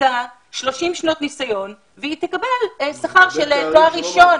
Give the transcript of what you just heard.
עסקה,30 שנות ניסיון והיא תקבל שכר של תואר ראשון.